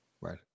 Right